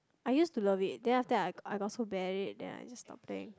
I used to love it then after that I got so bad at it then I just stopped playing